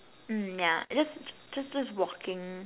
mm yeah just just just walking